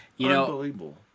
Unbelievable